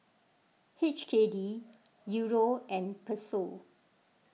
H K D Euro and Peso